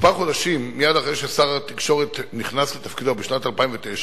כמה חודשים אחרי ששר התקשורת נכנס לתפקידו בשנת 2009,